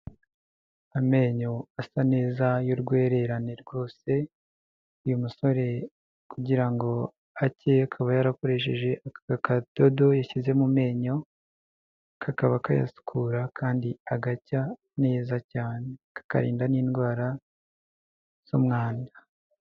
Amenyo asa neza y'urwererane rwose uyu musore kugira ngo ake akaba yarakoresheje aka kadodo yashyize mu memyo kakaba kayasukura kandi agacya neza cyane kakarinda n'indwara z'umwanda.